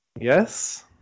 yes